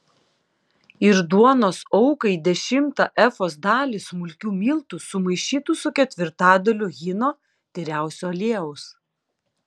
ir duonos aukai dešimtą efos dalį smulkių miltų sumaišytų su ketvirtadaliu hino tyriausio aliejaus